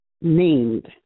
named